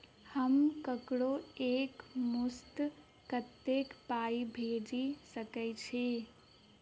हम ककरो एक मुस्त कत्तेक पाई भेजि सकय छी?